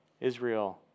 Israel